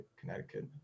Connecticut